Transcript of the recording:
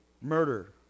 murder